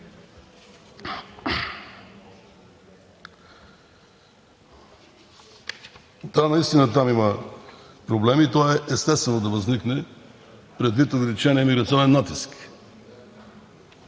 Да, наистина там има проблеми и то е естествено да възникнат предвид увеличения миграционен натиск,